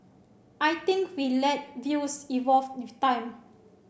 I think we let views evolve with time